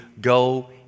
Go